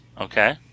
Okay